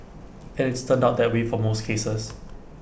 and it's turned out that way for most cases